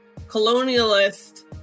colonialist